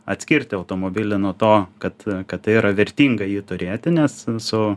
atskirti automobilį nuo to kad kad tai yra vertinga jį turėti nes su